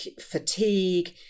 fatigue